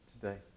today